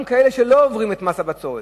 גם כאלה שלא עוברים את סף מס הבצורת.